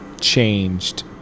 changed